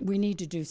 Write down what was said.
we need to do